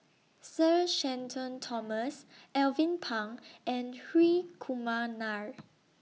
Sir Shenton Thomas Alvin Pang and Hri Kumar Nair